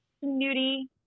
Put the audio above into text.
snooty